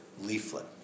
leaflet